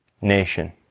nation